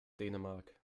dänemark